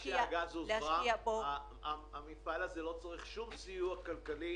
מאז שהגז הוזרם המפעל הזה לא צריך שום סיוע כלכלי.